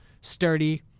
sturdy